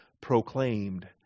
proclaimed